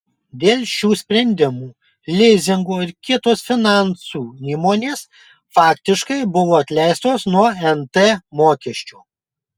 dėl šių sprendimų lizingo ir kitos finansų įmonės faktiškai buvo atleistos nuo nt mokesčio